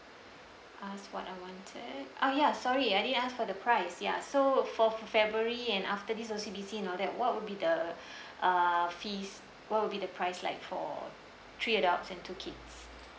ask what I wanted oh ya sorry I didn't ask for the price ya so for february and after this O_C_B_C and all that what would be the uh fees what will be the price like for three adults and two kids